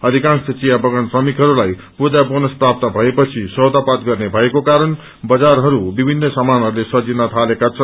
अधिकार्श चिया बगान श्रमिकहरूलाई पूजा बोनस प्राप्त भएपछि सौदापात गर्ने भएको कारण बजारहरू विभिनन सामानहरूले सजिन थालेका छन्